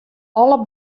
alle